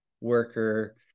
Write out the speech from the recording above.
worker